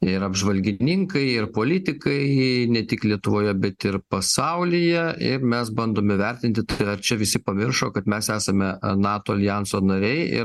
ir apžvalgininkai ir politikai ne tik lietuvoje bet ir pasaulyje ir mes bandome vertinti tai ar čia visi pamiršo kad mes esame nato aljanso nariai ir